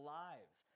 lives